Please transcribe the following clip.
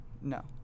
No